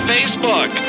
Facebook